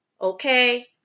Okay